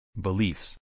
Beliefs